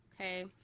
Okay